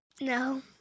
No